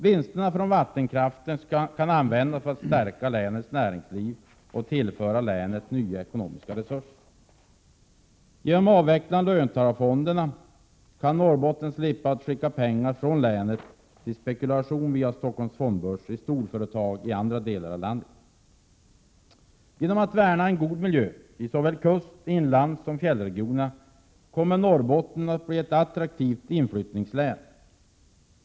Vinsterna från vattenkraften kan användas för att stärka länets näringsliv och tillföra länet nya ekonomiska resurser. Genom avveckling av löntagarfonderna kan Norrbotten slippa att skicka pengar från länet till spekulation via Stockholms fondbörs i storföretag i andra delar av landet. Genom att man värnar en god miljö — i såväl kust-, inlandssom fjällregioner — kommer Norrbotten att bli ett attraktivt inflyttningslän.